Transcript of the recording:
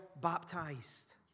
baptized